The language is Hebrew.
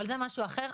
אבל זה משהו אחר,